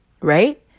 right